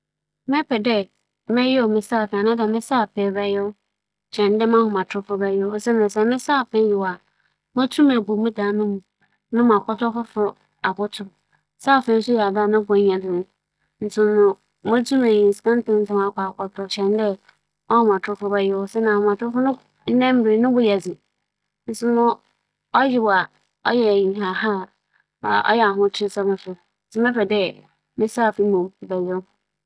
Mebɛpɛ dɛ me saafee bɛyew kyɛn dɛ mo "phone" bɛyew osiandɛ mo "phone" a mikitsa no sesei yi, me ndzɛmba pii na ͻwͻ do a sɛ mo hwer a ͻbɛhaw me yie. Na saafee dze, ͻyew a wͻtͻn ntsi mobotum meebu no na m'akͻtͻ fofor ato mu. Afei so, saafee no bo nnye "phone'' dze nnyɛ pɛr. "Phone" no bo yɛ dzen kyɛn ne ntsi sɛ me saafee yew, mobotum atͻ fofor ahyɛ anan mu.